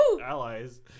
allies